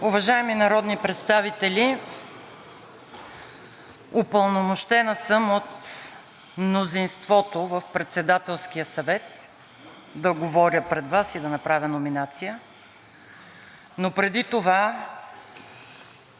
Уважаеми народни представители, упълномощена съм от мнозинството в Председателския съвет да говоря пред Вас и да направя номинация, но преди това